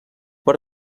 per